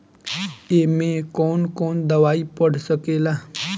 ए में कौन कौन दवाई पढ़ सके ला?